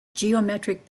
geometric